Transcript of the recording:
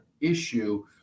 issue